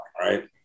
right